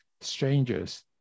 strangers